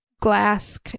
glass